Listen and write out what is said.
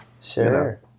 sure